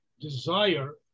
desire